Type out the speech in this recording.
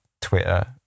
Twitter